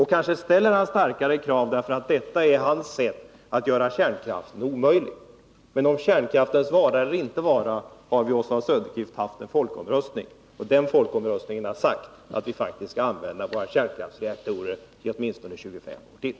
Och kanske ställer han starkare krav därför att detta är hans sätt att försöka göra kärnkraften omöjlig. Men om Vissa frågor rökärnkraftens vara eller inte vara har vi haft en folkomröstning, och den rande energipolifolkomröstningen har sagt att vi faktiskt skall använda våra kärnkraftsreak — tiken torer i åtminstone 25 år till.